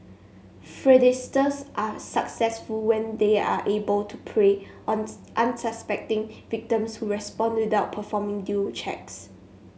fraudsters are successful when they are able to prey on unsuspecting victims who respond without performing due checks